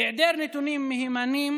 בהיעדר נתונים מהימנים,